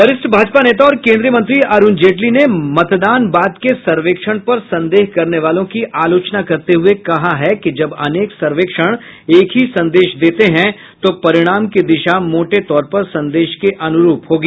वरिष्ठ भाजपा नेता और केंद्रीय मंत्री अरुण जेटली ने मतदान बाद के सर्वेक्षण पर संदेह करने वालों की आलोचना करते हुए कहा है कि जब अनेक सर्वेक्षण एक ही संदेश देते हैं तो परिणाम की दिशा मोटे तौर पर संदेश के अनुरूप होगी